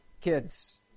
Kids